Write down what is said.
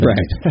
Right